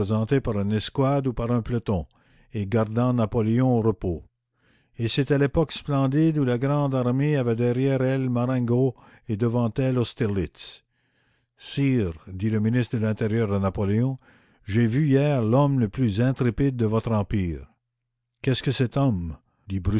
par une escouade ou par un peloton et gardant napoléon au repos et c'était l'époque splendide où la grande armée avait derrière elle marengo et devant elle austerlitz sire dit le ministre de l'intérieur à napoléon j'ai vu hier l'homme le plus intrépide de votre empire qu'est-ce que cet homme